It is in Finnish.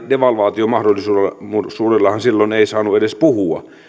devalvaatiomahdollisuudestahan silloin ei saanut edes puhua